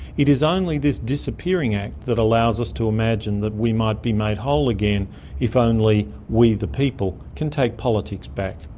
it is only this disappearing act that allows us to imagine that we might be made whole again if only we the people can take politics back,